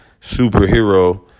superhero